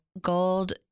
gold